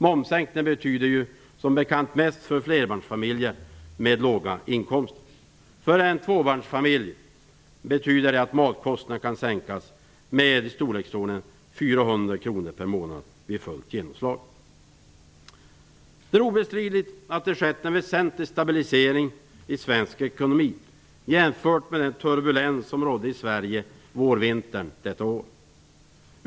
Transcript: Momssänkningen betyder som bekant mest för flerbarnsfamiljer med låga inkomster. För en tvåbarnsfamilj betyder det att matkostnaden kan sänkas med i storleksordningen 400 kr per månad vid fullt genomslag. Det är obestridligt att det har skett en väsentlig stabilisering i svensk ekonomi jämfört med den turbulens som rådde i Sverige vårvintern detta år.